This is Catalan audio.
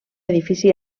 edifici